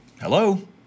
hello